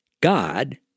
God